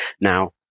Now